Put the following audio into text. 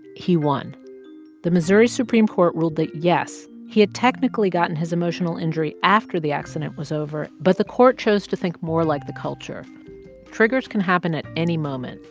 he won the missouri supreme court ruled that yes, he had technically gotten his emotional injury after the accident was over, but the court chose to think more like the culture triggers can happen at any moment,